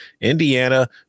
Indiana